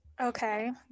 Okay